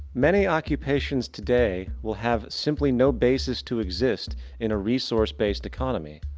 many occupations today will have simply no basis to exist in a resourced based economy.